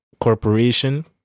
corporation